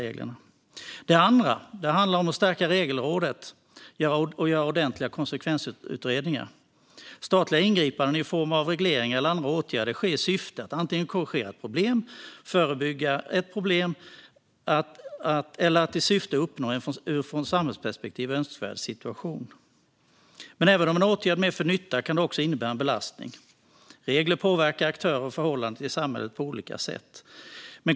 Den andra handlar om att stärka Regelrådet och göra ordentliga konsekvensutredningar. Statliga ingripanden i form av regleringar eller andra åtgärder sker i syfte att korrigera ett problem, att förebygga att problem uppstår eller att uppnå en från ett samhällsperspektiv önskvärd situation. Men även om en åtgärd medför nytta kan den också innebära en belastning. Regler påverkar aktörer och förhållanden i samhället på olika sätt.